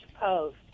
post